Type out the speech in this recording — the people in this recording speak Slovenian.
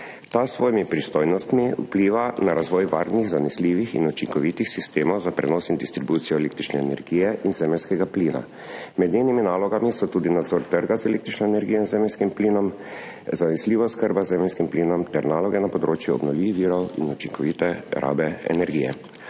Ta s svojimi pristojnostmi vpliva na razvoj varnih, zanesljivih in učinkovitih sistemov za prenos in distribucijo električne energije in zemeljskega plina. Med njenimi nalogami so tudi nadzor trga z električno energijo in zemeljskim plinom, zanesljiva oskrba z zemeljskim plinom ter naloge na področju obnovljivih virov in učinkovite rabe energije.